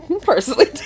personally